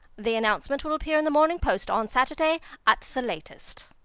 the announcement will appear in the morning post on saturday at the latest.